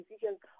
decisions